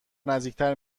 نزدیکتر